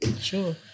Sure